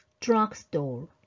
drugstore